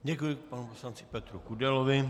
Děkuji panu poslanci Petru Kudelovi.